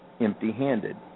empty-handed